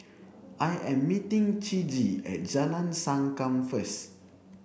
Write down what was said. I am meeting Ciji at Jalan Sankam first